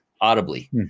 audibly